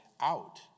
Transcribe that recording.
out